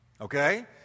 Okay